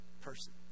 person